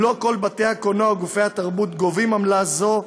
לא כל בתי-הקולנוע וגופי התרבות גובים עמלה זו,